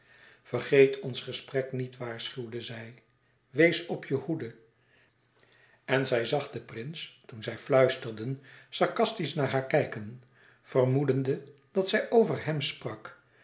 vergeet ons gesprek niet waarschuwde zij wees op je hoede en zij zag den prins toen zij fluisterden sarcastisch naar haar kijken vermoedende dat zij over hèm sprak